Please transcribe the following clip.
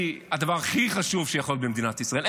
שהיא הדבר הכי חשוב שיכול להיות במדינת ישראל,